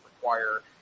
require